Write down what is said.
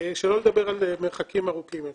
שלא לדבר על מרחקים ארוכים יותר.